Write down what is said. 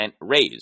raise